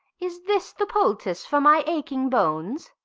is this the poultice for my aching bones?